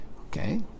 Okay